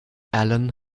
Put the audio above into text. alan